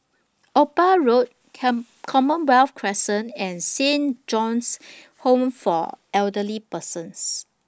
Ophir Road Can Commonwealth Crescent and Saint John's Home For Elderly Persons